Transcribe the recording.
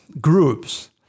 groups